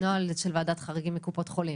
נוהל של ועדת חריגים בקופת-חולים?